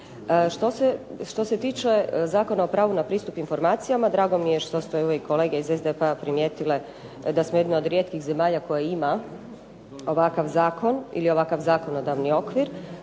Što se tiče Zakona o pravu na pristup informacijama, drago mi je što ste kolege iz SDP-a primijetile da smo jedna od rijetkih zemalja koja ima ovakav zakon ili ovakav zakonodavni okvir.